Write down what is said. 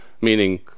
meaning